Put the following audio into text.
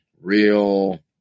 real